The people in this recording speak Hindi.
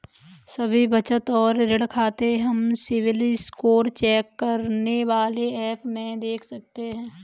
सभी बचत और ऋण खाते हम सिबिल स्कोर चेक करने वाले एप में देख सकते है